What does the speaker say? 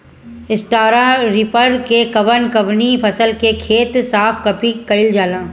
Straw reaper से कवन कवनी फसल के खेत साफ कयील जाला?